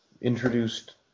introduced